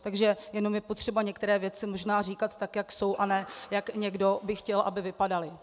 Takže jenom je potřeba některé věci možná říkat tak, jak jsou, a ne jak někdo by chtěl, aby vypadaly.